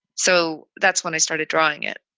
so that's when i started drawing it.